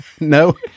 No